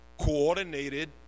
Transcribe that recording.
coordinated